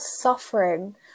suffering